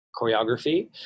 choreography